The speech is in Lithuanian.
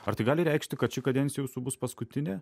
ar tai gali reikšti kad ši kadencija jūsų bus paskutinė